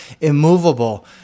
immovable